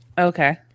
Okay